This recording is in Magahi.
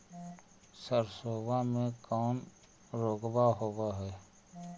सरसोबा मे कौन रोग्बा होबय है?